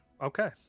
okay